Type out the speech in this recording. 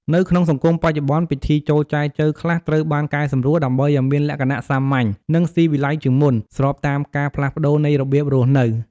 នៅក្នុងសង្គមបច្ចុប្បន្ន ពិធីចូលចែចូវខ្លះត្រូវបានកែសម្រួលដើម្បីឲ្យមានលក្ខណៈសាមញ្ញ និងស៊ីវិល័យជាងមុន ស្របតាមការផ្លាស់ប្តូរនៃរបៀបរស់នៅ។